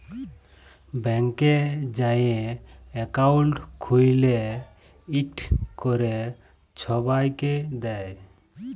ব্যাংকে যাঁয়ে একাউল্ট খ্যুইলে ইকট ক্যরে ছবাইকে দেয়